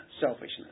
selfishness